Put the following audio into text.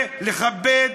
ולכבד